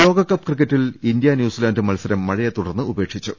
ലോകകപ്പ് ക്രിക്കറ്റിൽ India New Zealand മത്സരം മഴയെ തുടർന്ന് ഉപേക്ഷിച്ചു